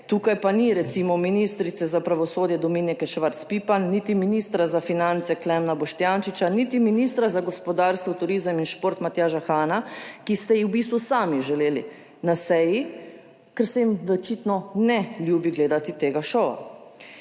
tukaj pa ni recimo ministrice za pravosodje Dominike Švarc Pipan, niti ministra za finance Klemna Boštjančiča, niti ministra za gospodarstvo turizem in šport, Matjaža Hana, ki ste jih v bistvu sami želeli na seji, ker se jim očitno ne ljubi gledati tega šova.